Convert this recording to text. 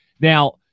Now